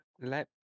let